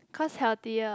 cause healthier